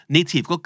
Native